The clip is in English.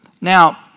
Now